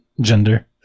gender